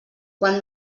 quan